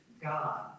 God